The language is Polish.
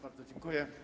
Bardzo dziękuję.